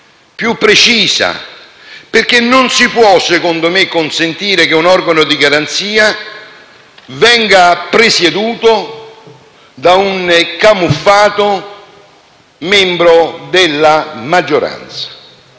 e precisa, perché secondo me non si può consentire che un organo di garanzia venga presieduto da un camuffato membro della maggioranza.